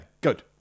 Good